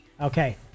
Okay